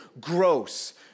gross